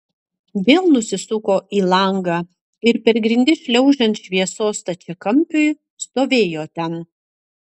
vėl nusisuko į langą ir per grindis šliaužiant šviesos stačiakampiui stovėjo ten